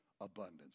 abundance